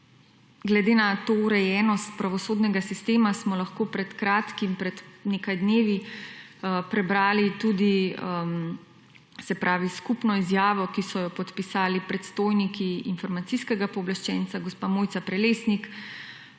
glede na to urejenost pravosodnega sistema, smo lahko pred kratkim, pred nekaj dnevi prebrali tudi, se pravi, skupno izjavo, ki so jo podpisali predstojniki informacijskega pooblaščenca, gospa Mojca Prelesnik,